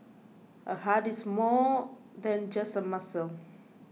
a heart is more than just a muscle